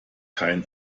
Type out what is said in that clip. kein